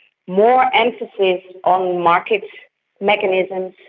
more emphasis on market mechanisms,